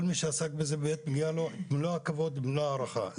כל מי שעסק בזה באמת מגיע לו מלוא הכבוד ומלוא ההערכה.